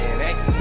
next